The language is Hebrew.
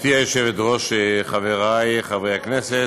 גברתי היושבת-ראש, חברי חברי הכנסת,